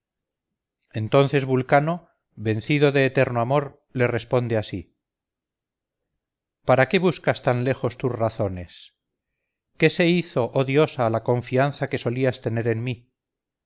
entonces vulcano vencido de eterno amor le responde así para qué buscas tan lejos tus razones qué se hizo oh diosa la confianza que solías tener en mi